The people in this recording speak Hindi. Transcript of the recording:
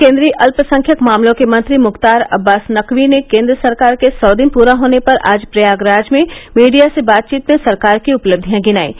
केन्द्रीय अल्पसंख्यक मामलों के मंत्री मुख्तार अब्बास नकवी ने केन्द्र सरकार के सौ दिन पूरा होने पर आज प्रयागराज में मीडिया से बातचीत में सरकार की उपलब्धियां गिनाईं